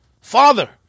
father